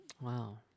wow